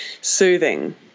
soothing